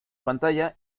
pantalla